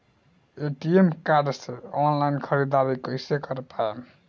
ATM card से online ख़रीदारी कइसे कर पाएम?